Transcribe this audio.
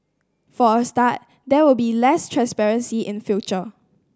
for a start there will be less transparency in future